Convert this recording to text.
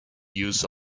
use